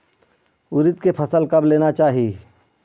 उरीद के फसल कब लेना चाही?